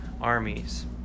armies